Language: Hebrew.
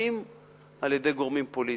המפקחים על-ידי גורמים פוליטיים,